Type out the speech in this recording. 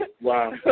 wow